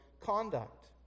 conduct